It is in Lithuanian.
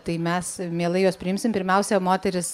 tai mes mielai juos priimsim pirmiausia moteris